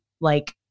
like-